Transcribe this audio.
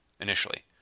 initially